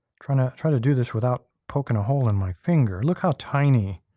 trying to trying to do this without poking a hole in my finger. look how tiny